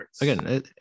Again